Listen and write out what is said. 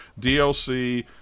DLC